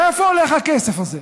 לאיפה הולך הכסף הזה?